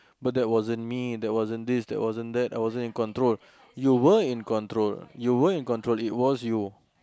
but that wasn't me that wasn't this that wasn't that I wasn't in control you were in control you were in control it was you